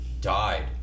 died